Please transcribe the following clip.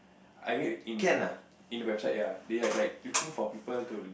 I read in the in the website ya they are like looking for people to